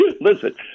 Listen